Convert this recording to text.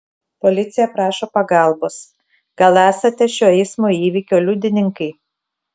policija prašo pagalbos gal esate šio eismo įvykio liudininkai